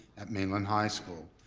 at mainland high school.